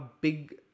big